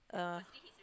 uh